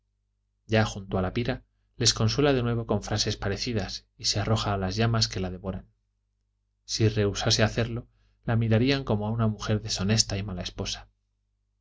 ya junto a la pira les consuela de nuevo con frases parecidas y se arroja a las llamas que la devoran si rehusase hacerlo la mirarían como a una mujer deshonesta y mala esposa